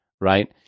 Right